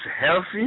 healthy